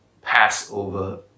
Passover